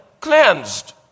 cleansed